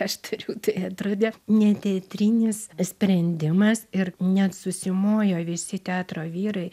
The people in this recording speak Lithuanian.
aš turiu tai atrodė neteatrinis sprendimas ir net susimojo visi teatro vyrai